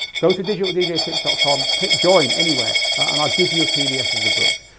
go to digitaldjtips ah com, click join anywhere and i'll give you a pdf of the book.